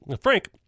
Frank